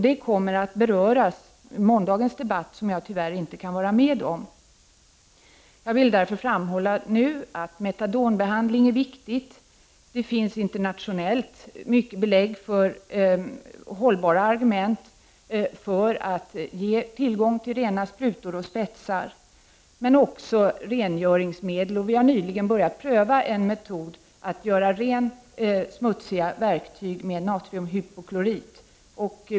Detta kommer att beröras vid måndagens debatt, som jag tyvärr inte kan vara med om. Jag vill därför nu framhålla att metadonbehandling är viktigt. Det finns hållbara argument internationellt för att ge tillgång till rena sprutor och spetsar och också till rengöringsmedel. Vi har nyligen börjat pröva en metod att rengöra smutsiga verktyg med natriumhypoklorit.